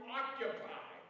occupy